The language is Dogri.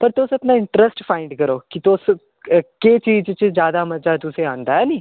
पर तु'स अपना इंटरैस्ट फाइंड करो कि तु'स केह् चीज च जैदा मजा तु'सेंई औंदा है निं